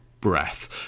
breath